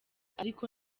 ariko